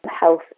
health